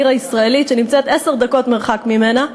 העיר הישראלית שנמצאת במרחק עשר דקות נסיעה ממנה,